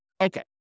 Okay